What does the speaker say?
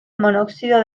monóxido